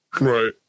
Right